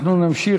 אנחנו נמשיך.